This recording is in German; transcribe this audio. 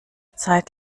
zeit